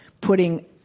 putting